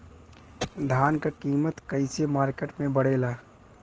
धान क कीमत कईसे मार्केट में बड़ेला?